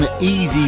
Easy